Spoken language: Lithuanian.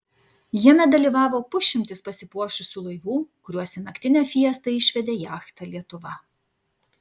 jame dalyvavo pusšimtis pasipuošusių laivų kuriuos į naktinę fiestą išvedė jachta lietuva